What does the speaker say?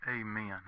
Amen